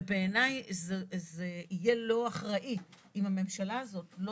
ובעיניי זה יהיה לא אחראי אם הממשלה הזאת לא